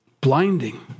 blinding